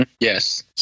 Yes